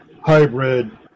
hybrid